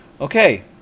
Okay